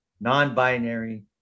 non-binary